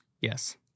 Yes